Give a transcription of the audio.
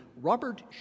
Robert